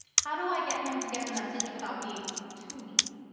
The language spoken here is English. how do i get him to get the message without being too mean?